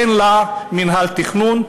אין לה מינהל תכנון,